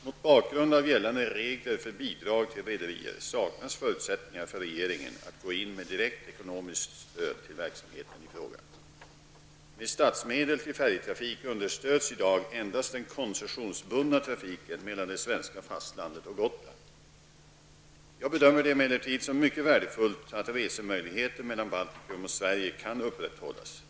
Mot bakgrund av gällande regler för bidrag till rederier saknas förutsättningar för regeringen att gå in med direkt ekonomiskt stöd till verksamheten i fråga. Jag bedömer det emellertid som mycket värdefullt att resemöjligheterna mellan Baltikum och Sverige kan upprätthållas.